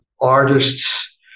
artists